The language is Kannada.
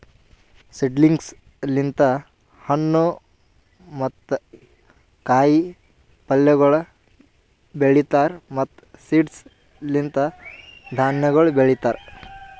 ಸೀಡ್ಲಿಂಗ್ಸ್ ಲಿಂತ್ ಹಣ್ಣು ಮತ್ತ ಕಾಯಿ ಪಲ್ಯಗೊಳ್ ಬೆಳೀತಾರ್ ಮತ್ತ್ ಸೀಡ್ಸ್ ಲಿಂತ್ ಧಾನ್ಯಗೊಳ್ ಬೆಳಿತಾರ್